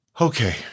Okay